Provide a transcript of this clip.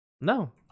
No